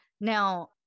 Now